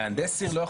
מהנדס עיר לא יכול?